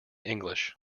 english